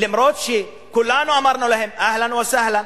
אף-על-פי שכולנו אמרנו להם "אהלן וסהלן,